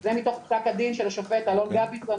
זה מתוך פסק הדין של השופט אלון גביזון,